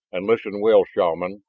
and listen well, shaman!